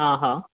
हा हा